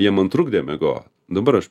jie man trukdė miegot dabar aš